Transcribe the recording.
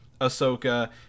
Ahsoka